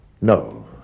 No